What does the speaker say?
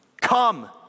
Come